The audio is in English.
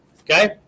okay